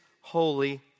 holy